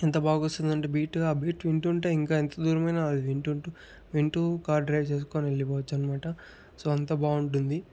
ఎంత బాగొస్తుందంటే బీటు ఆ బీట్ విటుంటే ఇంకా ఎంత దూరమైనా వింటుంటు వింటూ కార్ డ్రైవ్ చేసుకొని వెళ్లిపోవచ్చన్నమాట సో అంత బాగుంటుంది